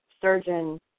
surgeon